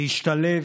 להשתלב,